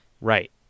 right